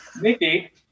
Mickey